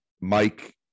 Mike